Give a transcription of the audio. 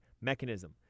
mechanism